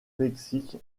mexique